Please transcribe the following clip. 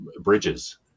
Bridges